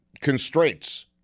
constraints